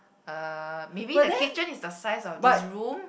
uh maybe the kitchen is the size of this room